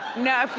no,